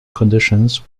conditions